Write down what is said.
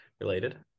related